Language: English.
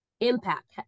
Impact